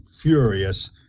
furious